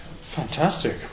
Fantastic